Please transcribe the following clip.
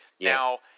Now